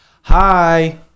hi